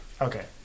Okay